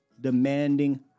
demanding